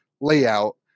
layout